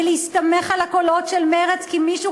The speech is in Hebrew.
ולהסתמך על הקולות של מרצ כי מישהו